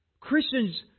Christians